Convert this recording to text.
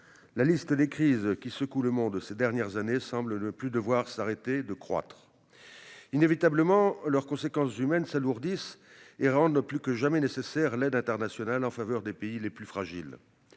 la liste des crises qui secouent le monde ces dernières années semble ne pas devoir s'arrêter de croître. Inévitablement, leurs conséquences humaines s'alourdissent et rendent plus que jamais nécessaire l'aide internationale en faveur des pays les plus fragiles.